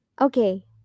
Okay